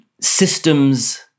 systems